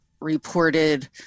reported